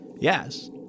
Yes